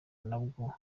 nabwo